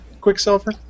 Quicksilver